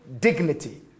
dignity